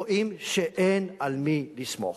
רואים שאין על מי לסמוך.